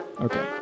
okay